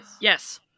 Yes